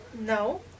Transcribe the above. no